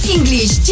English